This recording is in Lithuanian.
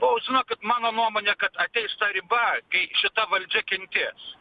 o žinokit mano nuomone ateis ta riba kai šita valdžia kentės